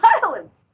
violence